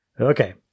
Okay